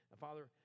Father